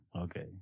Okay